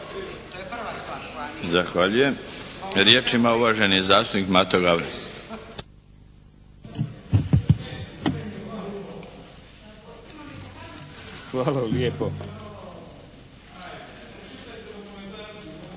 Zahvaljujem. Riječ ima uvaženi zastupnik Mato Gavran.